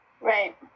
Right